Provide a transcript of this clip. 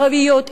ערביות,